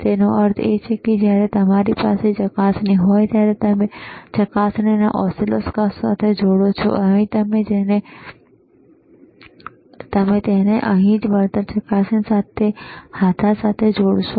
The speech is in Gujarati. તેનો અર્થ એ કે જ્યારે તમારી પાસે ચકાસણી હોય ત્યારે તમે ચકાસણીને ઓસિલોસ્કોપ સાથે જોડો છો તમે તેને અહીં જ વળતર ચકાસણી હાથા સાથે જોડશો